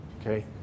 Okay